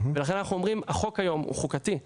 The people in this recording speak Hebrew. ולכן אנחנו אומרים שהחוק היום הוא חוקתי.